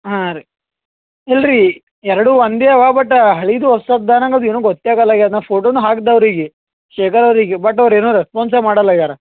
ಹಾಂ ರೀ ಇಲ್ರೀ ಎರಡು ಒಂದೇ ಅವಾ ಬಟ್ ಹಳೇದು ಹೊಸದಾ ಅನ್ನೋದು ಏನು ಗೊತ್ತೇ ಆಗೋಲ್ಲ ಆಗಿದೆ ನಾ ಫೋಟೋನ ಹಾಕಿದೆ ಅವರಿಗೆ ಶೇಖರ್ ಅವರಿಗೆ ಬಟ್ ಅವ್ರು ಏನು ರೆಸ್ಪಾನ್ಸೇ ಮಾಡೋಲ್ ಆಗಿದಾರ